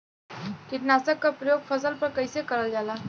कीटनाशक क प्रयोग फसल पर कइसे करल जाला?